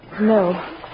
No